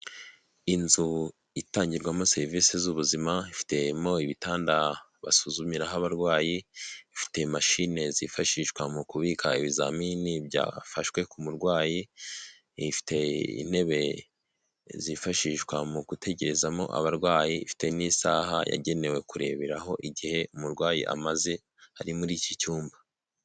Inzu itangirwamo serivisi z'ubuzima, ifitemo ibitanda basuzumiraho abarwayi, ifite mashine zifashishwa mu kubika ibizamini byafashwe ku murwayi, ifite intebe zifashishwa mu gutegerezamo abarwayi, ifite n'isaha yagenewe kurebera aho igihe umurwayi amaze ari muri iki cyumba.